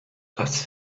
das